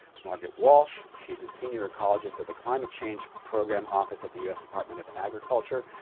margaret walsh, she's a senior ecologist at the climate change program office at the us department of agriculture.